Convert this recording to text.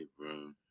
bro